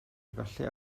efallai